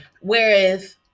Whereas